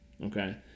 okay